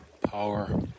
power